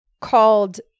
called